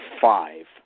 five